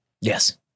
Yes